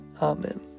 Amen